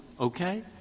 Okay